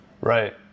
Right